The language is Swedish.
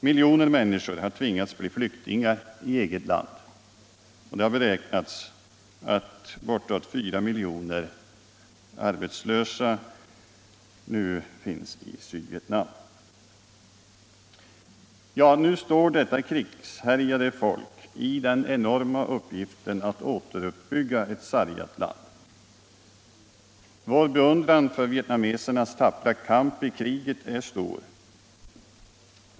Miljoner människor har tvingats att bli flyktingar i eget land, och det har beräknats att bortåt fyra miljoner arbetslösa nu finns i Sydvietnam. Nu står detta krigshärjade folk med den enorma uppgiften att åter uppbygga ett sargat land. Vår beundran för vietnamesernas tappra kamp i kriget är stor.